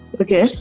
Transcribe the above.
okay